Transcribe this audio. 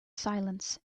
silence